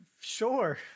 sure